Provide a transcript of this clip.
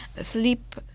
sleep